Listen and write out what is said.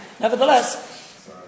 Nevertheless